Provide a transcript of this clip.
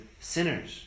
sinners